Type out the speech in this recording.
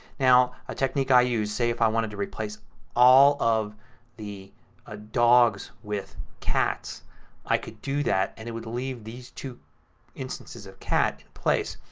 now the ah technique i use say if i wanted to replace all of the ah dogs with cats i can do that and it would leave these two instances of cat in place.